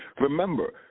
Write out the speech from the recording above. remember